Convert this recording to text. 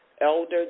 elder